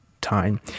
time